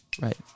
right